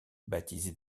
baptisé